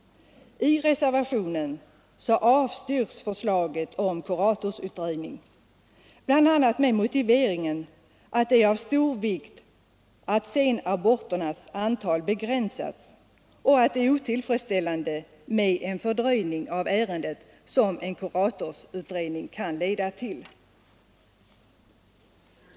I reservationen avstyrks förslaget om kuratorsutredning, bl.a. med motiveringen att det är av stor vikt att senaborternas antal begränsas och att det är otillfredsställande med den fördröjning av ärendet som en kuratorsutredning kan leda till.